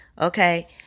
Okay